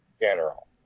general